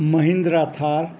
Mahindra Thar